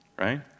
Right